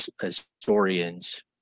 historians